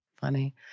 funny